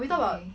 okay